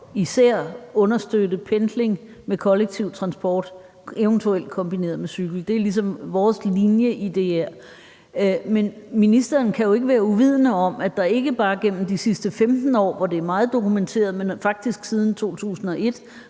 især at understøtte pendling med kollektiv transport, eventuelt kombineret med det at cykle. Det er ligesom vores linje i det her. Men ministeren kan jo ikke være uvidende om, at der ikke bare igennem de sidste 15 år, hvor det er meget dokumenteret, men at det faktisk også siden 2001